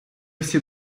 всі